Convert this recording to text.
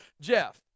Jeff